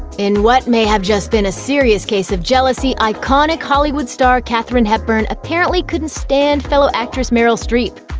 in what may have just been a serious case of jealousy, iconic hollywood star katharine hepburn apparently couldn't stand fellow actress meryl streep.